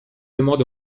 demande